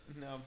no